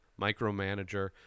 micromanager